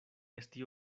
esti